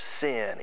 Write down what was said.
sin